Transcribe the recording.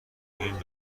این